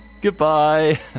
Goodbye